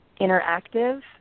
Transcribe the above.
interactive